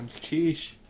cheese